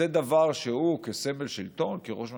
זה דבר שהוא, כסמל שלטון, כראש ממשלה,